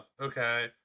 okay